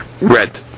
red